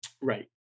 Right